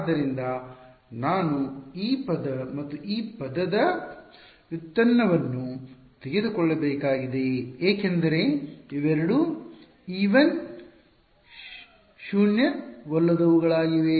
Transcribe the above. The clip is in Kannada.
ಆದ್ದರಿಂದ ನಾನು ಈ ಪದ ಮತ್ತು ಈ ಪದದ ವ್ಯುತ್ಪನ್ನವನ್ನು ತೆಗೆದುಕೊಳ್ಳಬೇಕಾಗಿದೆ ಏಕೆಂದರೆ ಇವೆರಡೂ e1 ಶೂನ್ಯವಲ್ಲದವುಗಳಾಗಿವೆ